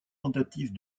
tentatives